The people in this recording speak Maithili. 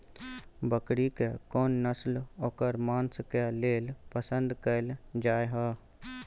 बकरी के कोन नस्ल ओकर मांस के लेल पसंद कैल जाय हय?